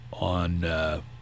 On